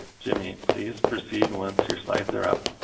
jimmy, please proceed once your slides are up.